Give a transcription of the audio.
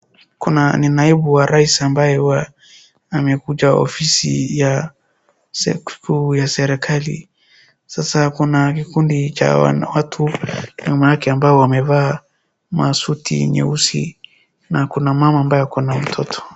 Kuna ni naibu wa rais ambaye huwa amekuja ofisi ya serikali sasa kuna kikundi cha watu nyuma yake ambao wamevaa masuti nyeusi na kuna mama ambaye ako na mtoto.